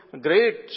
great